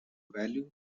value